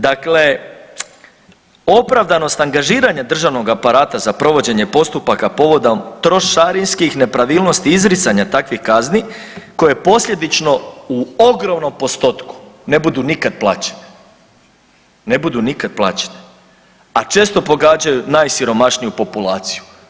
Dakle, opravdanost angažiranja državnog aparata za provođenje postupaka povodom trošarinskih nepravilnosti i izricanja takvih kazni koje posljedično u ogromnom postotku ne budu nikad plaćene, ne budu nikad plaćene, a često pogađaju najsiromašniju populaciju.